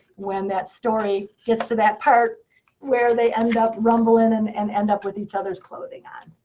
when that story gets to that part where they end up rumbling, and and end up with each other's clothing on.